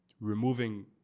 removing